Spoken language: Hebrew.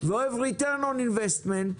ואוהב Return On Investment ,